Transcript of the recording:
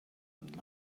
and